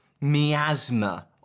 miasma